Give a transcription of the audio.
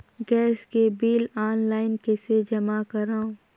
Gas के bill online कइसे जमा करव?